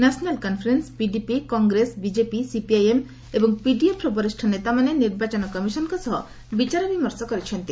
national conference PDP Congress BJP CPIM ଏବଂ ପିଡିଏଫ୍ର ବରିଷ୍ଣ ନେତାମାନେ ନିର୍ବାଚନ କମିଶନଙ୍କ ସହ ବିଚାର ବିମର୍ଶ କରିଛନ୍ତି